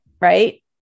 right